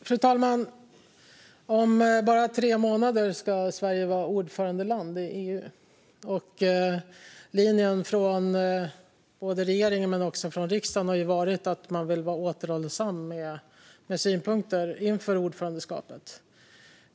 Fru talman! Om bara tre månader ska Sverige vara ordförandeland i EU. Linjen från både regeringen och riksdagen har varit att man vill vara återhållsam med synpunkter inför ordförandeskapet.